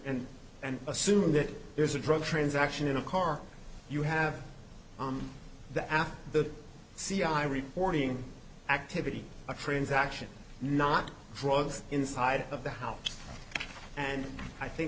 and and assume that there's a drug transaction in a car you have that after the c i reporting activity a transaction not drugs inside of the house and i think